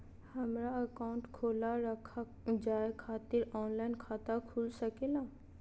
हमारा अकाउंट खोला रखा जाए खातिर ऑनलाइन खाता खुल सके ला?